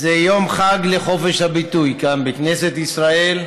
זה יום חג לחופש הביטוי כאן בכנסת בישראל.